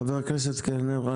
חבר הכנסת קלנר,